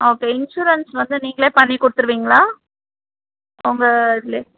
okay insurance வந்து நீங்களே பண்ணி கொடுத்துருவீங்களா உங்கள் இதுல